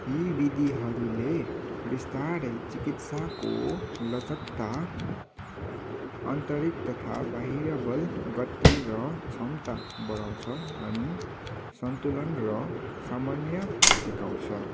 यी विधिहरूले बिस्तारै चिकित्साको लचकता आन्तरिक तथा बाह्य बल गति र क्षमता बढाउँछ अनि सन्तुलन र समान्य सिकाउँछ